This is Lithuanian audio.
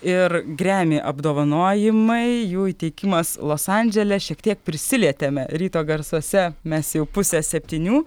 ir gremi apdovanojimai jų įteikimas los andžele šiek tiek prisilietėme ryto garsuose mes jau pusę septynių